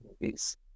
Movies